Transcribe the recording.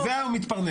מזה הוא מתפרנס,